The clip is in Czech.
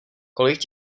kolik